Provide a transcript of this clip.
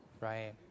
Right